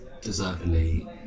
deservedly